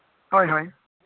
ᱦᱳᱭ ᱦᱳᱭ